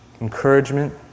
encouragement